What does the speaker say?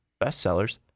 bestsellers